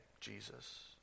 Jesus